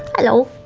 hello.